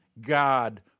God